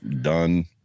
done